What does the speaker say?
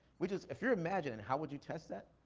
we just, if you're imagining how would you test that,